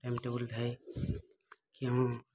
time table ଥାଏ କି ଆମ